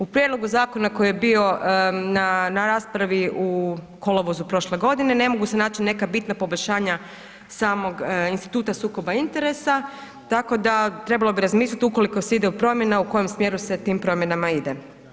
U prijedlogu zakona koji je bio na raspravi u kolovozu prošle godine ne mogu se naći neka bitna poboljšanja samog instituta sukoba interesa tako da trebalo bi razmisliti ukoliko se ide u promjene u kojem smjeru se tim promjenama ide.